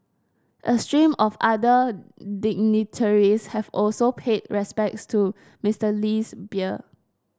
a stream of other dignitaries have also paid respects to Mister Lee's bier